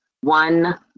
one